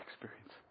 experience